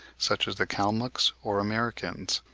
such as the kalmucks or americans.